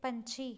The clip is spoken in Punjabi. ਪੰਛੀ